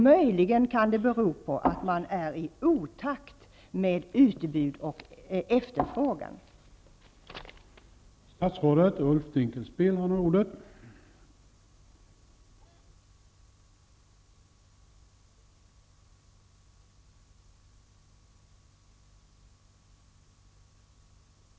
Möjligen kan det bero på att utbud och efterfrågan går i otakt.